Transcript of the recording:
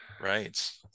right